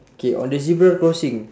K on the zebra crossing